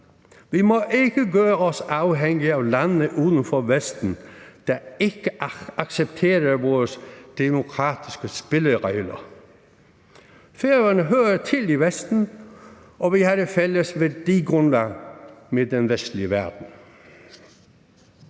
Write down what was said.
Vi må ikke for gøre os afhængige af landene uden for Vesten, der ikke accepterer vores demokratiske spilleregler. Færøerne hører til i Vesten, og vi har et fælles værdigrundlag med den vestlige verden.